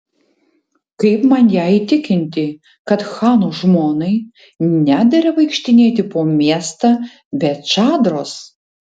kaip man ją įtikinti kad chano žmonai nedera vaikštinėti po miestą be čadros